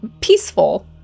Peaceful